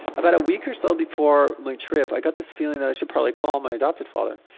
about a week or so before my trip, i got this feeling that i should probably call my adoptive father,